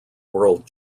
world